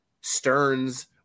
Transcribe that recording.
Stearns